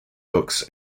books